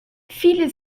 viele